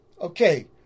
Okay